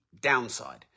downside